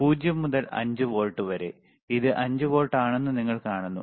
0 മുതൽ 5 വോൾട്ട് വരെ ഇത് 5 വോൾട്ട് ആണെന്ന് നിങ്ങൾ കാണുന്നു